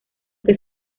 que